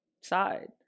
side